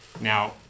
Now